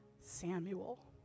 Samuel